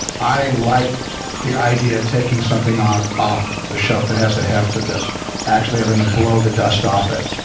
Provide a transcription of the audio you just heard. i liked the idea of taking something on off the shelf that has the heft of this actually having to blow the dust off it.